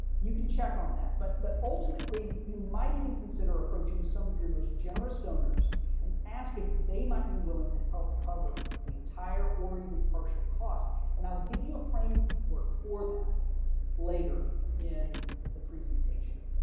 you can check on that. but, but ultimately you might even consider approaching some of your most generous donors and ask if they might be willing to help cover the entire or even partial costs and i'll give you a frame work for that later in the presentation.